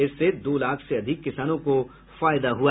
इससे दो लाख से अधिक किसानों को फायदा हुआ